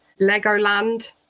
Legoland